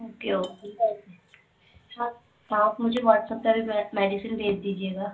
okay okay आप आप मुझे व्हाट्सप करें मैं मेडिसिन भेज दीजिएगा